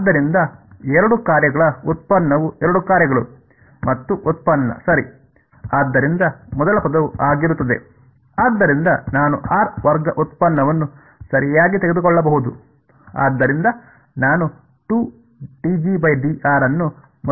ಆದ್ದರಿಂದ ಎರಡು ಕಾರ್ಯಗಳ ಉತ್ಪನ್ನವು ಎರಡು ಕಾರ್ಯಗಳು ಮತ್ತು ವ್ಯುತ್ಪನ್ನ ಸರಿ ಆದ್ದರಿಂದ ಮೊದಲ ಪದವು ಆಗಿರುತ್ತದೆ ಆದ್ದರಿಂದ ನಾನು ಆರ್ ವರ್ಗ ಉತ್ಪನ್ನವನ್ನು ಸರಿಯಾಗಿ ತೆಗೆದುಕೊಳ್ಳಬಹುದು